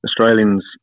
Australians